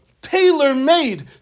tailor-made